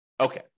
Okay